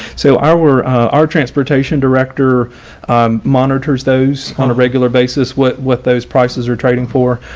so our our transportation director monitors those on a regular basis what what those prices are trading for.